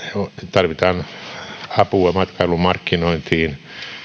tarvitaan apua matkailumarkkinointiin